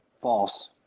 False